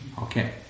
Okay